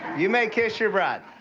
you may kiss your bride!